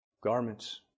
Garments